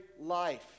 life